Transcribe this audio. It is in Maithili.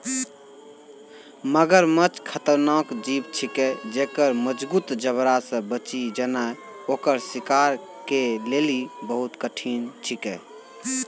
मगरमच्छ खतरनाक जीव छिकै जेक्कर मजगूत जबड़ा से बची जेनाय ओकर शिकार के लेली बहुत कठिन छिकै